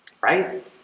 Right